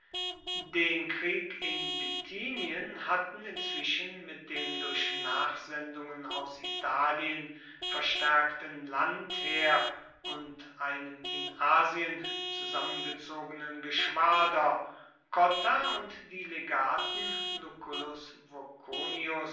den krieg in bithynien hatten inzwischen mit dem durch nachsendungen aus italien verstärkten landheer und einem in asien zusammengezogenen geschwader cotta und die legaten